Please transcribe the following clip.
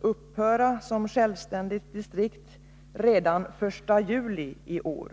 upphöra som självständigt distrikt redan den 1 juli i år.